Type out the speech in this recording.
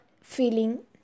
feeling